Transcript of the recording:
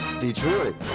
Detroit